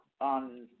on